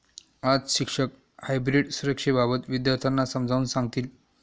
आज शिक्षक हायब्रीड सुरक्षेबाबत विद्यार्थ्यांना समजावून सांगतील